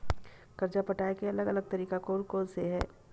कर्जा पटाये के अलग अलग तरीका कोन कोन से हे?